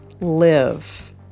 live